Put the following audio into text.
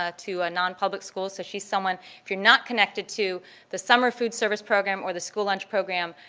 ah to ah nonpublic schools. so she's someone if you're not connected to the summer food service program or the school lunch program,